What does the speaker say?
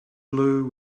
blew